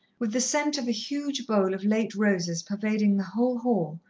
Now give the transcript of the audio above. with the scent of a huge bowl of late roses pervading the whole hall,